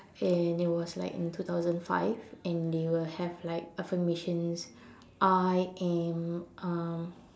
and it was like in two thousand five and they will have like affirmations I am um